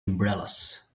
umbrellas